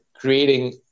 creating